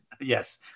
Yes